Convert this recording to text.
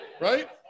Right